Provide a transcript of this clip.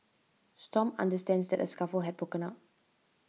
stomp understands that a scuffle had broken out